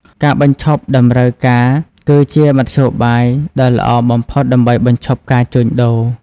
ការបញ្ឈប់តម្រូវការគឺជាមធ្យោបាយដ៏ល្អបំផុតដើម្បីបញ្ឈប់ការជួញដូរ។